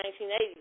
1980s